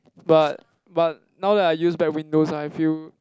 but but now that I use back Windows ah I feel